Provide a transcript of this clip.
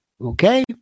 Okay